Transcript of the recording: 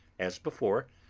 as before,